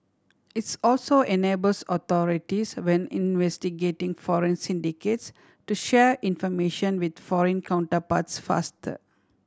it's also enables authorities when investigating foreign syndicates to share information with foreign counterparts faster